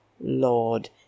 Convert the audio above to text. lord